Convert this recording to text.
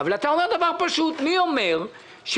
אבל אתה אומר דבר פשוט: מי אומר שלא